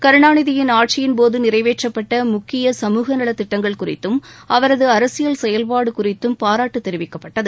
கருணாநிதியின் ஆட்சியின் போது நிறைவேற்றப்பட்ட முக்கிய சமூக நலத்திட்டங்கள் குறித்தும் அவரது அரசியல் செயல்பாடு குறித்தும் பாராட்டு தெரிவிக்கப்பட்டது